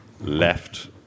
left